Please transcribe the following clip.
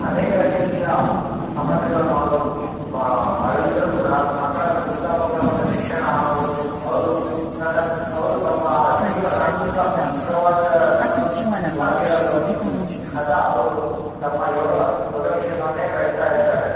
ಅನೇಕ ರೀತಿಯ ಸಮಸ್ಯೆಗಳನ್ನು ಅವರು ಬಳಲಿದ್ದರೂ ಕೂಡ ಮಕ್ಕಳನ್ನು ಉತ್ತಮ ಗುಣಮಟ್ಟ ಶಿಕ್ಷಣ ಹಾಗು ಅವರು ತನ್ನ ಅವರು ತಮ್ಮ ಜೀವನ ಸುಖ ಸುಖವಾಗಿ ಸುಖವಾಗಿರಲು ಸದಾ ಅವರು ತಮ್ಮ ಯೋಗ ಯೋಗಕ್ಷೇಮವನ್ನೇ ಬಯಸ್ತಾ ಇರ್ತಾರೆ